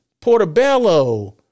portobello